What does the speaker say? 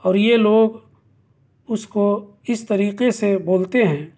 اور یہ لوگ اس کو اس طریقے سے بولتے ہیں